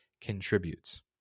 contributes